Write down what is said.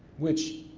which,